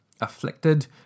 afflicted